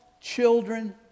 children